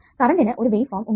കറണ്ടിന് ഒരു വേവ്ഫോം ഉണ്ട്